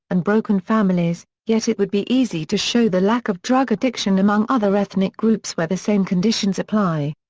and broken families, yet it would be easy to show the lack of drug addiction among other ethnic groups where the same conditions apply.